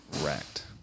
wrecked